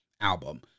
album